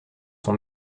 sont